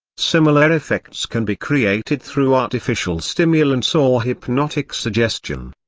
similar effects can be created through artificial stimulants or hypnotic suggestion.